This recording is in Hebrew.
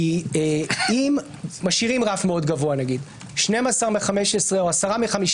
כי אם משאירים רף מאוד גבוה 12 מ-15 או 10 מ-15